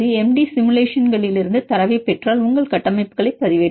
D சிமுலேஷன்களிலிருந்து தரவைப் பெற்றால் உங்கள் கட்டமைப்புகளை பதிவேற்றலாம்